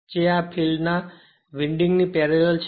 જે આ ફોલ્ડ ની વિન્ડિંગની પેરેલલ છે